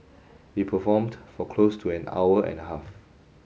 they performed for close to an hour and a half